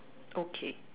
okay